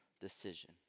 decision